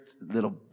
little